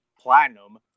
Platinum